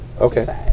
Okay